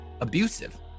abusive